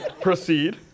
proceed